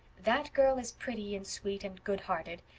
that girl is pretty and sweet and goodhearted,